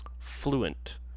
fluent